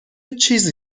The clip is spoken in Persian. چیزی